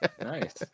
Nice